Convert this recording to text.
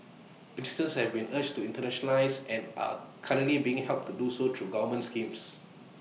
businesses have been urged to internationalise and are currently being helped to do so through government schemes